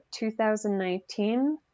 2019